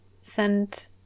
Send